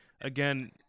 again